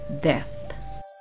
death